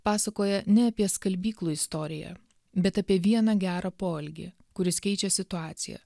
pasakoja ne apie skalbyklų istoriją bet apie vieną gerą poelgį kuris keičia situaciją